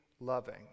loving